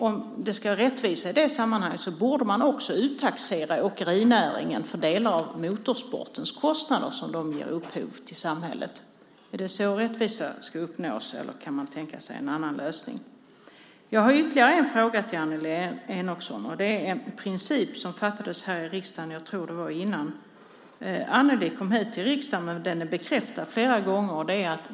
Om det ska vara rättvisa i det sammanhanget borde man också så att säga uttaxera åkerinäringen för delar av de kostnader som motorsporten ger upphov till för samhället. Är det så rättvisa ska uppnås, eller kan man tänka sig en annan lösning? Jag har ytterligare en fråga till Annelie Enochson. Det gäller då en princip som det beslutades om här i riksdagen innan, tror jag, Annelie kom in i riksdagen och som flera gånger har bekräftats.